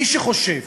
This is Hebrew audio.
מי שחושב